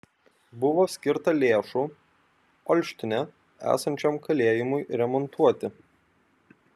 buvo skirta lėšų olštine esančiam kalėjimui remontuoti